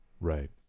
right